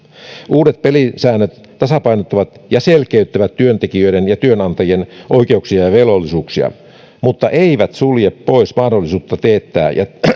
uudet pelisäännöt tasapainottavat ja selkeyttävät työntekijöiden ja työnantajien oikeuksia ja velvollisuuksia mutta eivät sulje pois mahdollisuutta teettää ja